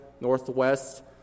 northwest